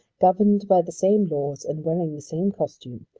governed by the same laws, and wearing the same costume,